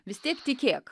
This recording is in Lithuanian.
vis tiek tikėk